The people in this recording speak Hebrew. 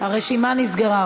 הרשימה נסגרה.